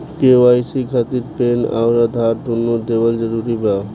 KYC खातिर PAN आउर आधार दुनों देवल जरूरी बा?